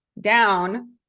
down